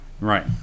Right